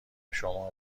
شما